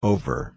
Over